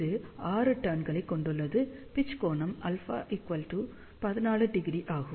இது 6 டர்ன்களைக் கொண்டுள்ளது பிட்ச் கோணம் α 14° ஆகும்